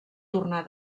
tornar